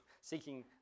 seeking